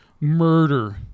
murder